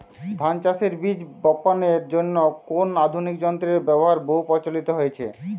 ধান চাষের বীজ বাপনের জন্য কোন আধুনিক যন্ত্রের ব্যাবহার বহু প্রচলিত হয়েছে?